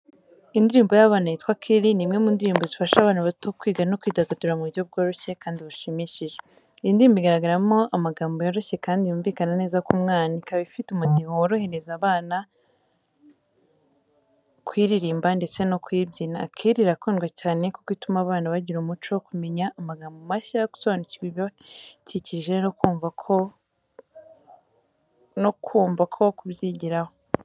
Indirimbo y’abana yitwa “Akili” ni imwe mu ndirimbo zifasha abana bato kwiga no kwidagadura mu buryo bworoshye kandi bushimishije. Iyi ndirimbo igaragaramo amagambo yoroshye kandi yumvikana neza ku mwana, ikaba ifite umudiho worohereza abana kuyiririmba ndetse no kuyibyina. “Akili” irakundwa cyane kuko ituma abana bagira umuco wo kumenya amagambo mashya, gusobanukirwa ibibakikije no kumva ko kubyigiraho.